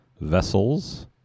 Vessels